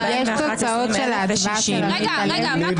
20,041 עד 20,060. יש תוצאות של ההצבעה של עמית הלוי?